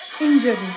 Injury